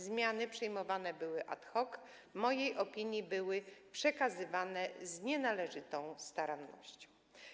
Zmiany przyjmowane były ad hoc, w mojej opinii były przekazywane z nienależytą starannością.